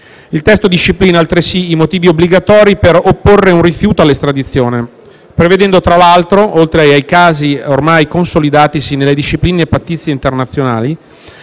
Il testo disciplina altresì i motivi obbligatori per opporre un rifiuto all'estradizione, prevedendo, fra l'altro, oltre ai casi ormai consolidatisi nelle discipline pattizie internazionali,